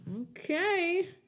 okay